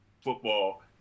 football